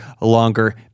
longer